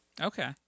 Okay